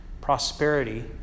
prosperity